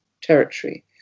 territory